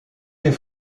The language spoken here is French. des